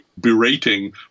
berating